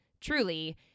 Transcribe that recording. truly